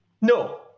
No